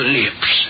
lips